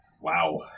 Wow